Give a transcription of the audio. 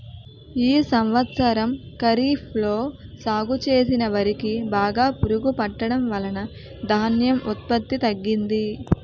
ఈ సంవత్సరం ఖరీఫ్ లో సాగు చేసిన వరి కి బాగా పురుగు పట్టడం వలన ధాన్యం ఉత్పత్తి తగ్గింది